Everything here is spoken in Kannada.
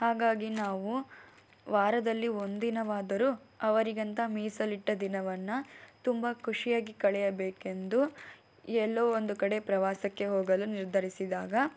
ಹಾಗಾಗಿ ನಾವು ವಾರದಲ್ಲಿ ಒಂದು ದಿನವಾದರೂ ಅವರಿಗಂತ ಮೀಸಲಿಟ್ಟ ದಿನವನ್ನು ತುಂಬ ಖುಷಿಯಾಗಿ ಕಳೆಯಬೇಕೆಂದು ಎಲ್ಲೋ ಒಂದು ಕಡೆ ಪ್ರವಾಸಕ್ಕೆ ಹೋಗಲು ನಿರ್ಧರಿಸಿದಾಗ